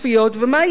ומה היא אומרת?